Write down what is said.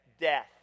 death